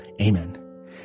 Amen